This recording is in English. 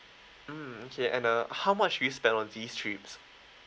mm okay and uh how much do you spend on these trips